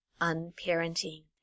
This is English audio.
unparenting